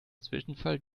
zwischenfall